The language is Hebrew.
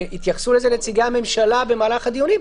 והתייחסו לזה נציגי הממשלה במהלך הדיונים,